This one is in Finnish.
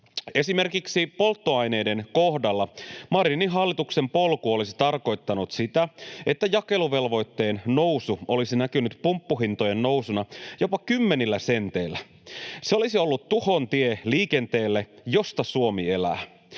Esimerkiksi polttoaineiden kohdalla Marinin hallituksen polku olisi tarkoittanut sitä, että jakeluvelvoitteen nousu olisi näkynyt pumppuhintojen nousuna jopa kymmenillä senteillä. Se olisi ollut tuhon tie liikenteelle, josta Suomi elää.